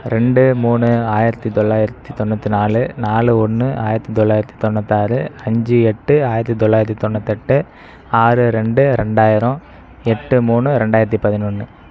ரெண்டு மூணு ஆயிரத்தி தொள்ளாயிரத்தி தொண்ணூற்று நாலு நாலு ஒன்று ஆயிரத்தி தொள்ளாயிரத்தி தொண்ணூத்தாறு அஞ்சு எட்டு ஆயிரத்தி தொள்ளாயிரத்தி தொண்ணூத்தெட்டு ஆறு ரெண்டு ரெண்டாயிரம் எட்டு மூணு ரெண்டாயிரத்தி பதினொன்று